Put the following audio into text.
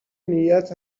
نیت